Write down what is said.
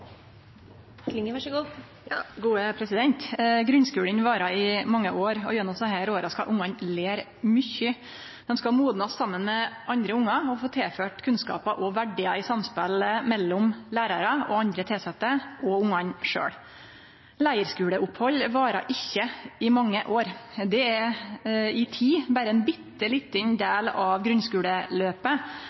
Grunnskulen varer i mange år, og gjennom desse åra skal ungane lære mykje. Dei skal modnast saman med andre ungar og få tilført kunnskapar og verdiar i samspelet mellom lærarar og andre tilsette og ungane sjølve. Leirskuleopphald varer ikkje i mange år, det er i tid berre ein bitte liten del av grunnskuleløpet.